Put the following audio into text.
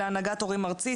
להנהגת הורים ארצית,